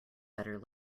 better